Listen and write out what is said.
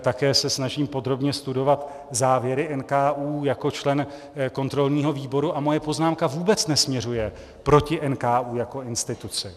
Také se snažím podrobně studovat závěry NKÚ jako člen kontrolního výboru a moje poznámka vůbec nesměřuje proti NKÚ jako instituci.